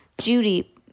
Judy